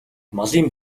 малын